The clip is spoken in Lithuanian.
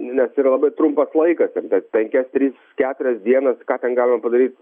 nes yra labai trumpas laikas ten per penkias tris keturias dienas ką ten galima padaryti